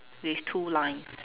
with two lines